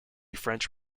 french